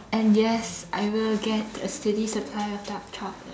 and yes I will get a steady supply of dark chocolate